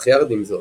אך יחד עם זאת,